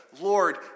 Lord